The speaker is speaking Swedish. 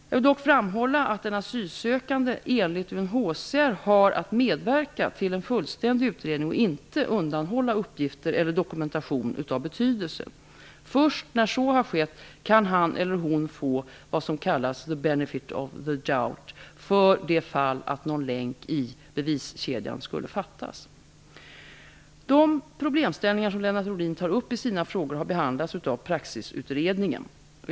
Jag vill dock framhålla att den asylsökande, enligt UNHCR, har att medverka till en fullständig utredning och inte undanhålla uppgifter eller dokumentation av betydelse. Först när så har skett kan han eller hon få vad som kallas the benefit of the doubt för det fall att någon länk i beviskedjan skulle fattas. De problemställningar som Lennart Rohdin tar upp i sina frågor har behandlats av Praxisutredningen.